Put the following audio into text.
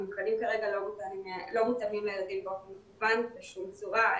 המבחנים כרגע לא מותאמים לילדים באופן מקוון בשום צורה,